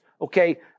okay